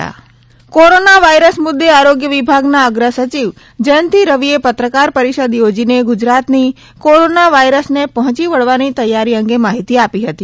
corona virus corona virus મુદ્દે આરોગ્ય વિભાગના અગ્ર સચિવ જયંતિ રવીએ પત્રકાર પરિષદ થોજીને ગુજરાતની કોરાના વાયરસને પહોંચી વળવાની તૈયારી અંગે માહિતી આપી હતી